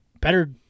better